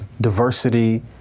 diversity